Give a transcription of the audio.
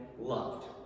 loved